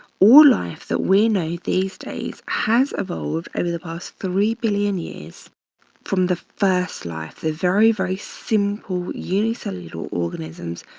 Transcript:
all life that we know these days has evolved over the past three billion years from the first life, they're very, very simple unicellular organisms.